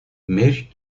marge